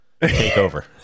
takeover